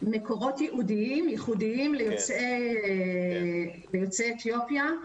מקורות ייעודיים ייחודיים ליוצאי העדה האתיופית?